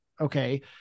okay